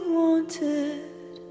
wanted